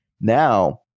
now